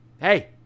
Hey